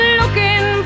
looking